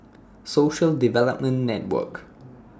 Social Development Network